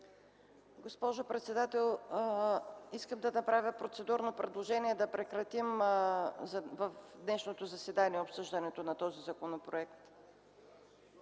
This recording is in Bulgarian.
Госпожо председател, искам да направя процедурно предложение да прекратим обсъждането на този законопроект